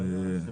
זה